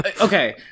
Okay